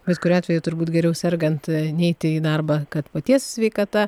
bet kuriuo atveju turbūt geriau sergant neiti į darbą kad paties sveikata